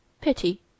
pity